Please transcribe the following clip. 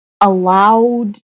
allowed